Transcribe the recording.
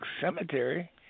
cemetery